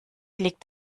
liegt